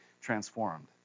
transformed